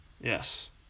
Yes